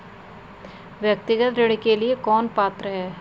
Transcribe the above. व्यक्तिगत ऋण के लिए कौन पात्र है?